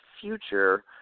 future